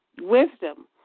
wisdom